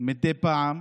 מדי פעם.